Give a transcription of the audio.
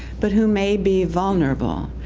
but who may be vulnerable.